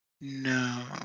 No